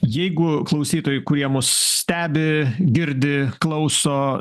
jeigu klausytojai kurie mus stebi girdi klauso